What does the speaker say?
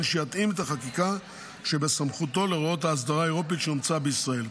שיתאים את החקיקה שבסמכותו להוראות האסדרה האירופית שאומצה בישראל.